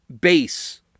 base